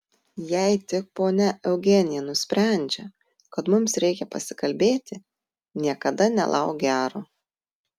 jei tik ponia eugenija nusprendžia kad mums reikia pasikalbėti niekada nelauk gero